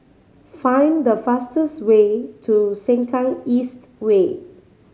find the fastest way to Sengkang East Way